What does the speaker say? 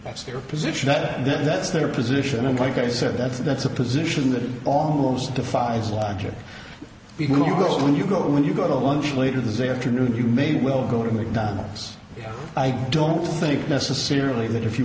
that's their position that then that's their position and like i said that's that's a position that almost defies logic you go when you go when you go to lunch later this afternoon you maybe we'll go to mcdonald's i don't think necessarily that if you